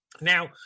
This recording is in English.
now